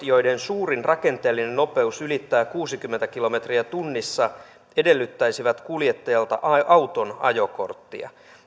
joiden suurin rakenteellinen nopeus ylittää kuusikymmentä kilometriä tunnissa edellyttäisivät kuljettajalta auton ajokorttia